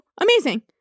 amazing